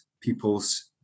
people's